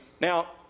Now